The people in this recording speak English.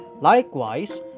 Likewise